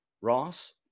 Ross